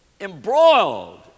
embroiled